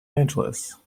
angeles